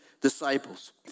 disciples